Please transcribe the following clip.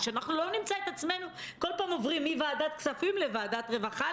שלא נמצא את עצמנו בכל פעם עוברים מוועדת הכספים לוועדת הרווחה,